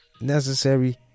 necessary